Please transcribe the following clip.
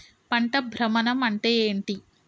పంట భ్రమణం అంటే ఏంటి?